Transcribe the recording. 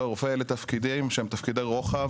רופא אלה תפקידים שהם תפקידי רוחב